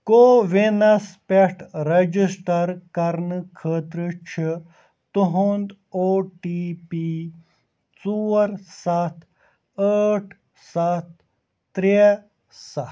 کووِنَس پٮ۪ٹھ رجسٹر کَرنہٕ خٲطرٕ چھُ تُہُنٛد او ٹی پی ژور سَتھ ٲٹھ سَتھ ترٛےٚ سَتھ